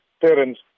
parents